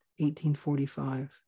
1845